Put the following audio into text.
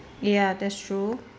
ya that's true